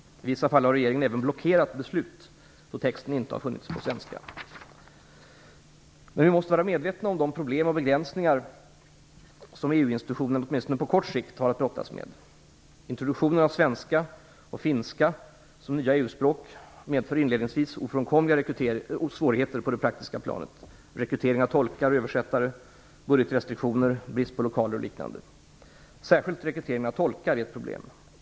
I vissa fall har regeringen även blockerat beslut, då texten inte har funnits på svenska. Vi måste dock vara medvetna om de problem och begränsningar som EU-institutionerna åtminstone på kort sikt har att brottas med. Introduktionen av svenska och finska som nya EU-språk medför inledningsvis ofrånkomliga svårigheter på det praktiska planet . Särskilt rekryteringen av tolkar är ett problem.